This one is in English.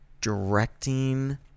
directing